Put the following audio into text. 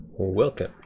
Welcome